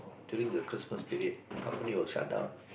during the Christmas period company will shut down